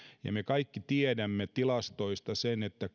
ja me kaikki tiedämme tilastoista sen että